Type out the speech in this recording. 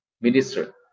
minister